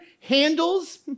handles